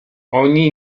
oni